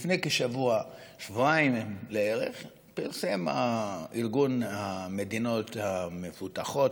לפני כשבוע-שבועיים לערך פרסם ארגון המדינות המפותחות,